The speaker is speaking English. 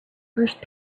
first